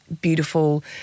beautiful